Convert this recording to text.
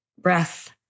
breath